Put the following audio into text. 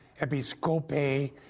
episcope